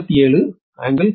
870 MVA